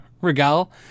Regal